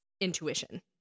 intuition